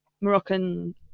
Moroccan